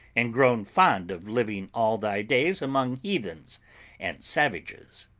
and grown fond of living all thy days among heathens and savages.